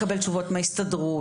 לקבל תשובות מההסתדרות.